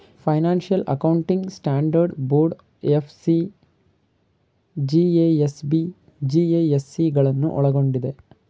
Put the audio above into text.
financial accounting standard board FAC, GASB, GASC ಗಳನ್ನು ಒಳ್ಗೊಂಡಿದೆ